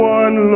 one